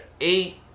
eight